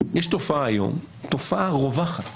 יש היום תופעה, תופעה רווחת,